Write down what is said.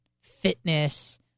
fitness